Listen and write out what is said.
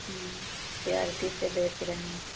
प्याज तीसे बेच रहे हैं